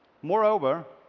moreover,